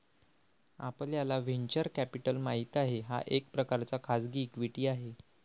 आपल्याला venture capital माहित आहे, हा एक प्रकारचा खाजगी इक्विटी आहे